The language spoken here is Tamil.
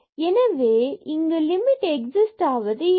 எனவே இங்கு லிமிட் எக்ஸிஸ்ட் ஆவது இல்லை